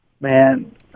Man